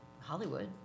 Hollywood